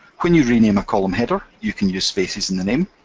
when you rename a column header, you can use spaces in the name,